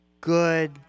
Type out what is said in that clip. good